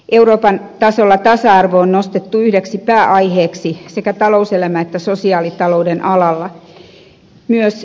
euroopan tasolla tasa arvo on nostettu yhdeksi pääaiheeksi sekä talouselämän että sosiaalitalouden alalla